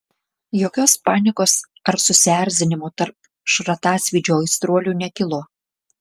jokios panikos ar susierzinimo tarp šratasvydžio aistruolių nekilo